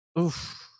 Oof